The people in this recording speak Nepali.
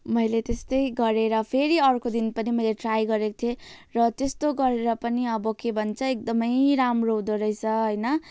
मैले त्यस्तै गरेर फेरि अर्को दिन पनि मैले ट्राई गरेको थिएँ र त्यस्तो गरेर पनि अब के भन्छ एकदमै राम्रो हुँदोरहेछ होइन